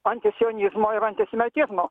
antisionizmo ir antisemitizmo